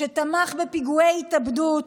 שתמך בפיגועי התאבדות,